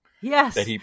Yes